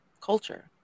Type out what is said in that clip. culture